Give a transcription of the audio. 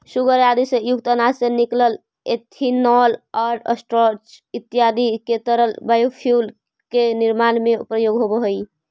सूगर आदि से युक्त अनाज से निकलल इथेनॉल आउ स्टार्च इत्यादि के तरल बायोफ्यूल के निर्माण में प्रयोग होवऽ हई